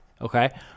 Okay